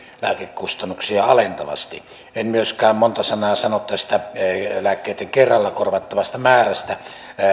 lääkekustannuksia alentavasti en myöskään monta sanaa sano tästä lääkkeitten kerralla korvattavasta määrästä